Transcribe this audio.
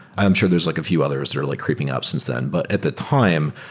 i'm sure there's like a few others that are like creeping up since then. but at the time,